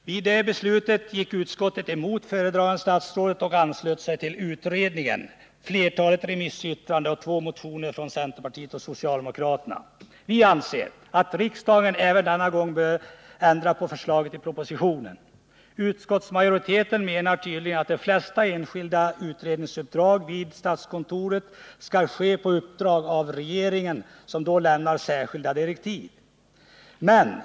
Vid det beslutet gick utskottet emot föredragande statsrådet och anslöt sig till utredningen, flertalet remissyttranden och två motioner från centerpartiet och socialdemokraterna. Vi anser att riksdagen även denna gång bör ändra på förslaget i propositionen. Utskottsmajoriteten menar tydligen att de flesta enskilda utredningsuppdrag vid statskontoret skall ges av regeringen, som då lämnar särskilda direktiv.